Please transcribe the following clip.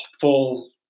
full